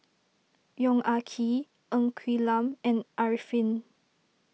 Yong Ah Kee Ng Quee Lam and Arifin